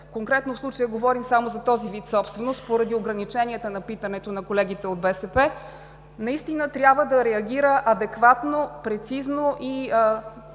конкретно в случая говорим само за този вид собственост, поради ограниченията на питането на колегите от БСП – наистина трябва да реагираме адекватно, прецизно,